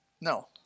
No